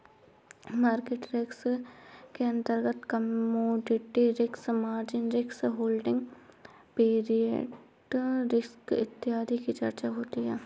market risk के अंतर्गत commodity risk, margin risk, holding period risk इत्यादि की चर्चा होती है